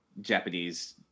Japanese